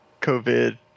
COVID